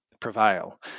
prevail